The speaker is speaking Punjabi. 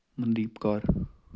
ਮਨਦੀਪ ਕੌਰ